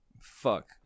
fuck